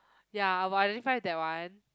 ya I will identify that one